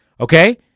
okay